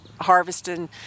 harvesting